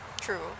True